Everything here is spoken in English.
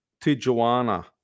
Tijuana